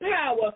power